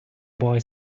boy